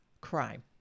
crime